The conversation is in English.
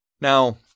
Now